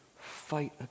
Fight